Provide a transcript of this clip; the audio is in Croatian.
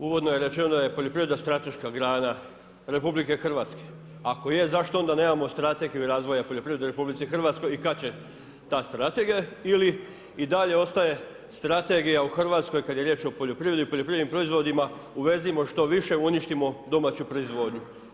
Uvodno je rečeno, da je poljoprivreda strateška grana RH, ako je zašto onda nemamo strategiju razvoja poljoprivreda u RH i kada će ta strategija ili i dalje ostaje strategija u Hrvatskoj, kada je riječ o poljoprivredi i poljoprivrednim proizvodima, uvezimo što više i uništimo domaću proizvodnju.